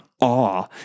awe